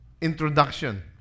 introduction